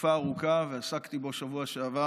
תקופה ארוכה ועסקתי בו בשבוע שעבר.